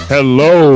Hello